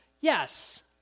yes